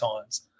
times